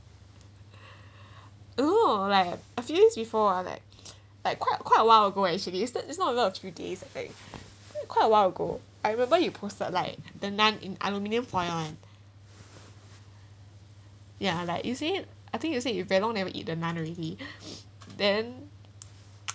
oh like a few years before uh like like quite quite a while ago actually is that it's not even a few days I think a quite a while ago I remember you posted like the naan in aluminium foil ya like you said I think you say you very long never eat the naan already then